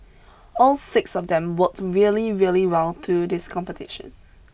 all six of them worked really really well through this competition